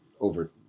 over